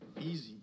Easy